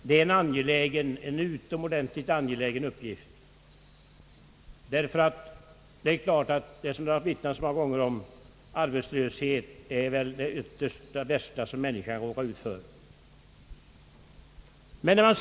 Det är en utomordentligt angelägen uppgift, ty — såsom har omvittnats så många gånger — arbetslöshet är väl det värsta som människan kan råka ut för.